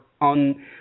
on